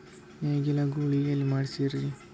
ನೇಗಿಲ ಗೂಳಿ ಎಲ್ಲಿ ಮಾಡಸೀರಿ?